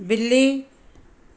ਬਿੱਲੀ